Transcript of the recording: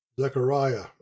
Zechariah